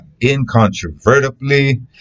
incontrovertibly